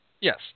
Yes